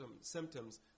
symptoms